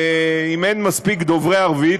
אם אין מספיק דוברי ערבית,